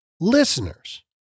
listeners